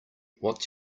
what